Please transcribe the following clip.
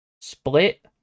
Split